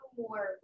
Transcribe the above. more